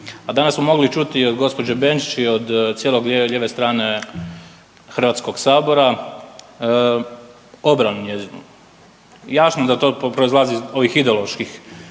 a danas smo mogli čuti i od gospođe Benčić i od cijelog, cijele lijeve strane Hrvatskog sabora obranu njezinu. Jasno da to proizlazi iz ovih ideoloških